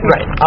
Right